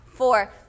Four